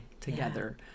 together